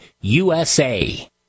usa